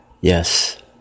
yes